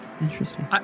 Interesting